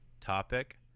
topic